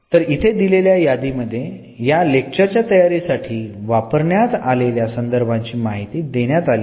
तर इथे दिलेल्या यादीमध्ये या लेक्चर च्या तयारीसाठी वापरण्यात आलेल्या संदर्भांची माहिती देण्यात आली आहे